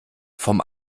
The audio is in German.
vom